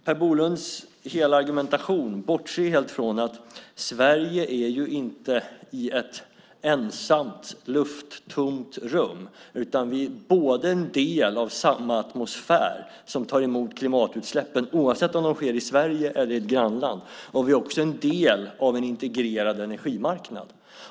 Per Bolunds hela argumentation bortser helt från att Sverige inte är i ett ensamt lufttomt rum, utan vi är både en del av samma atmosfär som tar emot klimatutsläppen - oavsett om de sker i Sverige eller i ett grannland - och en del av en integrerad energimarknad.